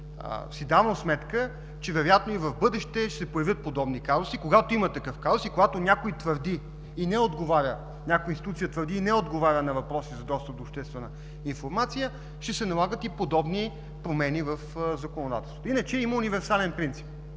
си сметка, че вероятно и в бъдеще ще се появят подобни казуси. Когато има такъв казус и когато някоя институция твърди и не отговаря на въпроси за достъп до обществена информация, ще се налагат и подобни промени в законодателството. Иначе има универсален принцип